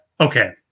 okay